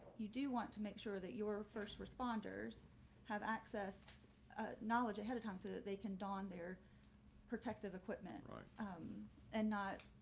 you do want to make sure that your first responders have access knowledge ahead of time so that they can don their protective equipment and um and not